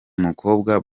mukobwa